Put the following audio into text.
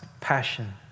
passion